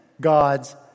God's